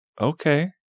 Okay